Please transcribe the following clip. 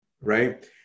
Right